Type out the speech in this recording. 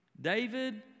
David